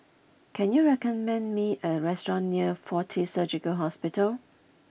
can you recommend me a restaurant near Fortis Surgical Hospital